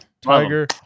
Tiger